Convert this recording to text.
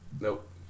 Nope